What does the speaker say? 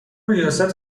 ریاست